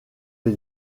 les